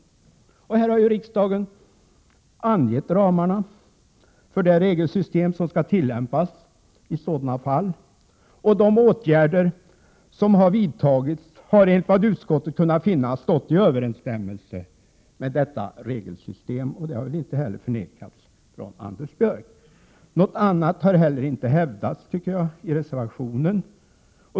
Riksdagen har ju angett ramarna för det regelsystem som skall tillämpas i sådana fall, och de åtgärder som har vidtagits har enligt vad utskottet kunnat finna stått i överensstämmelse med detta regelsystem. Det har väl inte heller förnekats av Anders Björck. Något annat har heller inte hävdats i reservationen.